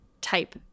type